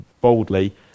boldly